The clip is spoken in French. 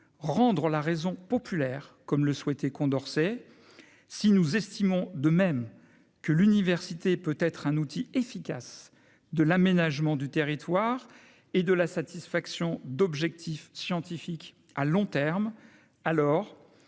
Rendre la raison populaire comme le souhaitait Condorcet, si nous estimons, de même que l'université peut être un outil efficace de l'aménagement du territoire et de la satisfaction d'objectifs scientifiques à long terme, alors